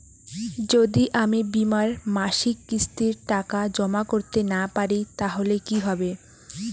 যদি আমি বীমার মাসিক কিস্তির টাকা জমা করতে না পারি তাহলে কি হবে?